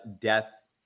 death